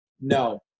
no